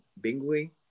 Bingley